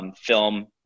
film